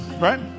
Right